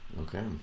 Okay